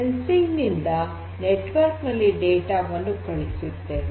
ಸಂವೇದಕದಿಂದ network ನಲ್ಲಿ data ವನ್ನು ಕಳುಹಿಸುತ್ತೇವೆ